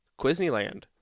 Quizneyland